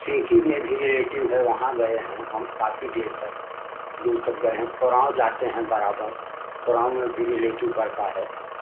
city में भी relative है वहाँ गए हैं हम काफी देर तक दूर तक गए हैं कोरांव जाते हैं बराबर कोरांव में भी रिलेटिव पड़ता है